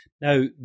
Now